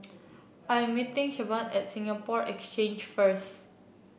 I am meeting Shavon at Singapore Exchange first